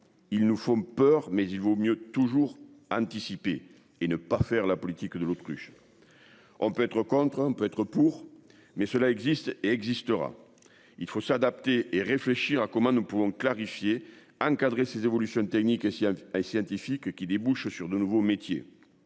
ils nous font peur, mais il vaut mieux toujours anticiper et ne pas faire la politique de l'autruche. On peut être contre hein on peut être pour, mais cela existe et existera il faut s'adapter et réfléchir à comment nous pouvons clarifier encadrer ces évolutions techniques et si il y a ah et scientifique qui débouche sur de nouveaux métiers.